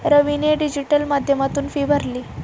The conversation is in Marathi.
रवीने डिजिटल माध्यमातून फी भरली